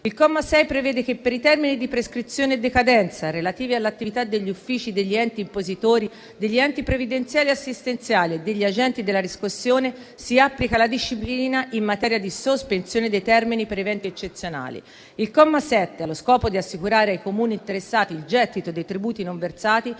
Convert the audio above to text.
Il comma 6 prevede che, per i termini di prescrizione e decadenza relativi all'attività degli uffici degli enti impositori, degli enti previdenziali e assistenziali e degli agenti della riscossione, si applica la disciplina in materia di sospensione dei termini per eventi eccezionali. Il comma 7, allo scopo di assicurare ai Comuni interessati il gettito dei tributi non versati,